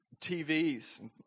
TVs